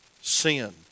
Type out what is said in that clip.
sin